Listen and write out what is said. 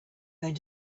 going